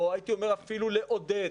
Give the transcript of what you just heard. או אפילו לעודד,